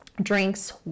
drinks